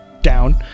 down